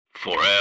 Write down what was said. Forever